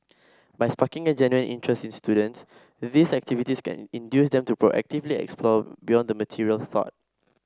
by sparking a genuine interest in students these activities can induce them to proactively explore beyond the material